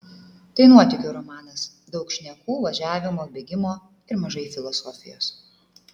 tai nuotykių romanas daug šnekų važiavimo bėgimo ir mažai filosofijos